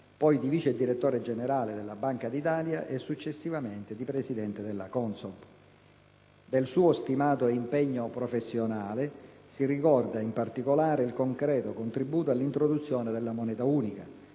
poi di vice direttore generale della Banca d'Italia e, successivamente, di presidente della CONSOB. Del suo stimato impegno professionale si ricorda in particolare il concreto contributo all'introduzione della moneta unica,